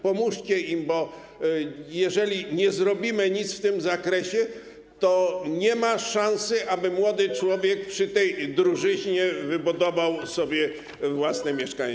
Pomóżcie im, bo jeżeli nie zrobimy nic w tym zakresie, to nie ma szansy, aby młody człowiek przy tej drożyźnie wybudował sobie własne mieszkanie.